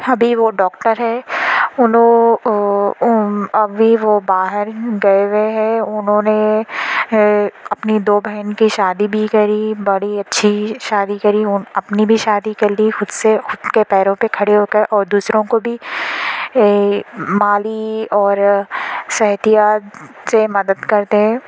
ابھی وہ ڈاکٹر ہے انوں ابھی وہ باہر گئے ہوئے ہے انہوں نے اپنی دو بہن کی شادی بھی کری بڑی اچھی شادی کری اپنی بھی شادی کر لی خود سے خود کے پیروں پہ کھڑے ہوکر اور دوسروں کو بھی مالی اور صحتیاب سے مد کرتے